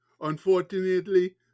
unfortunately